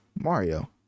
Mario